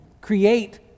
create